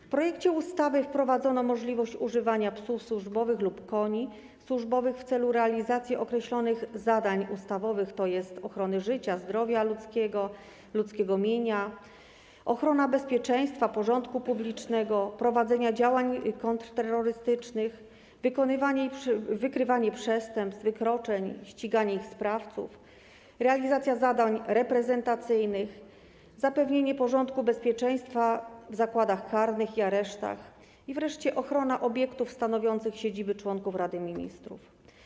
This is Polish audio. W projekcie ustawy wprowadzono możliwość używania psów służbowych lub koni służbowych w celu realizacji określonych zadań ustawowych: ochrony życia, zdrowia i mienia ludzi, ochrony bezpieczeństwa i porządku publicznego, prowadzenia działań kontrterrorystycznych, wykrywania przestępstw i wykroczeń, ścigania ich sprawców, realizacji zadań reprezentacyjnych, zapewnienia porządku i bezpieczeństwa w zakładach karnych i aresztach i wreszcie ochrony obiektów stanowiących siedziby członków Rady Ministrów.